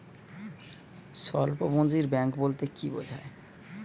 স্বল্প পুঁজির ব্যাঙ্ক বলতে কি বোঝায়?